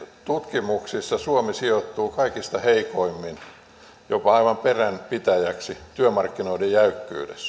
tutkimuksissa suomi sijoittuu kaikista heikoimmin jopa aivan peränpitäjäksi työmarkkinoiden jäykkyydessä